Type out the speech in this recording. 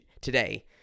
today